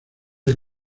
del